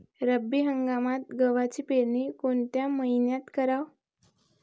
रब्बी हंगामात गव्हाची पेरनी कोनत्या मईन्यात कराव?